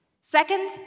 Second